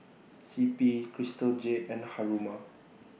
C P Crystal Jade and Haruma